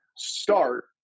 start